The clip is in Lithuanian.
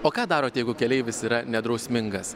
o ką darot jeigu keleivis yra nedrausmingas